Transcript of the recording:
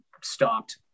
stopped